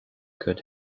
could